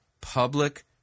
public